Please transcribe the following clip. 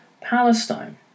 Palestine